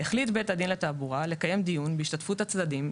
(ב)החליט בית דין לתעבורה לקיים דיון בהשתתפות הצדדים,